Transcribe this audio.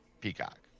Peacock